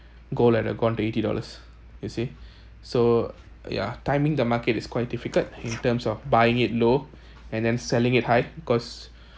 gold had uh gone to eighty dollars you see so ya timing the market is quite difficult in terms of buying it low and then selling it high because